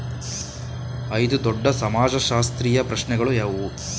ಐದು ದೊಡ್ಡ ಸಮಾಜಶಾಸ್ತ್ರೀಯ ಪ್ರಶ್ನೆಗಳು ಯಾವುವು?